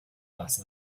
last